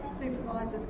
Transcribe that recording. supervisors